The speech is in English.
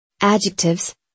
adjectives